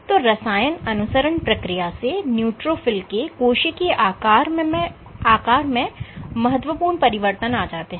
तो रसायन अनुसरण प्रक्रिया से न्यूट्रोफिल के कोशिकीय आकार में महत्वपूर्ण परिवर्तन आ जाते हैं